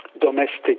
domestic